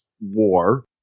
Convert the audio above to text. war